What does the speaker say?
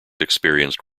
experienced